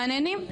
מהנהנים.